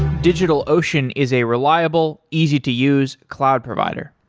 digitalocean is a reliable, easy to use cloud provider.